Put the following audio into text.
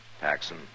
Paxson